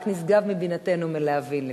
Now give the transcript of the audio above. רק נשגב מבינתנו להבין לפעמים.